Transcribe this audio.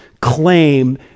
claim